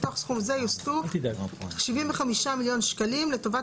מתוך סכום זה יוסטו 75 מיליון שקלים לטובת